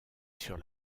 sur